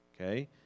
okay